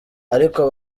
ariko